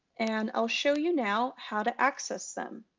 and i'll show you now how to access them.